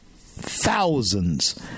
thousands